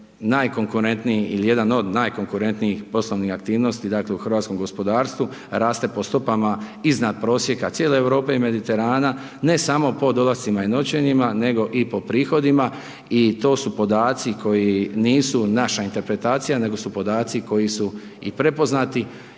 najkonkurentniji ili jedan od najkonkurentnijih poslovnih aktivnosti dakle u hrvatskom gospodarstvu, raste po stopama iznad prosjeka cijele Europe i Mediterana ne samo pod dolascima i noćenjima nego i po prihodima. I to su podaci koji nisu naša interpretacija nego su podaci koji su i prepoznati.